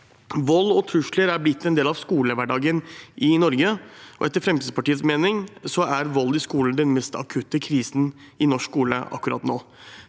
Vold og trusler er blitt en del av skolehverdagen i Norge, og etter Fremskrittspartiets mening er vold i skolen den mest akutte krisen i norsk skole akkurat nå.